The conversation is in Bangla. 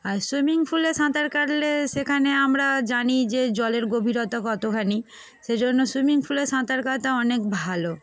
আর সুইমিং পুলে সাঁতার কাটলে সেখানে আমরা জানি যে জলের গভীরতা কতখানি সেজন্য সুইমিং পুলে সাঁতার কাটা অনেক ভালো